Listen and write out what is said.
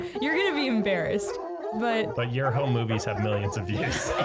you're gonna be embarrassed but but your home movies have millions of years